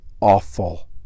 awful